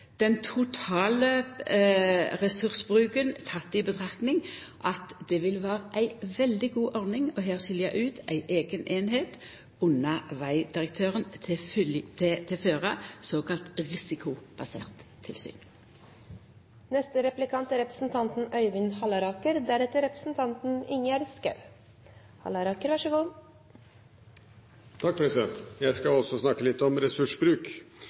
den totale ressursbruken teken i betraktning, vil vera ei veldig god ordning her å skilja ut ei eiga eining under vegdirektøren til å føra såkalla risikobasert tilsyn. Jeg skal også snakke litt om ressursbruk.